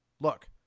Look